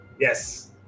Yes